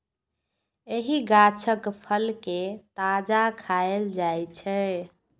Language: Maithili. एहि गाछक फल कें ताजा खाएल जाइ छै